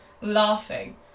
laughing